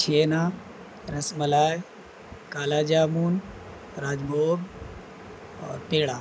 چھینہ رس ملائی کالا جامن راج بھوگ اور پیڑا